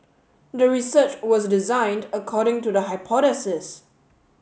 the research was designed according to the hypothesis